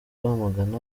rwamagana